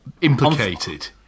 implicated